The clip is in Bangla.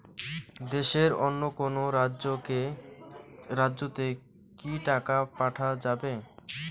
দেশের অন্য কোনো রাজ্য তে কি টাকা পাঠা যাবে?